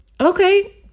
okay